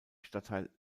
stadtteil